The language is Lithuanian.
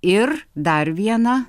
ir dar vieną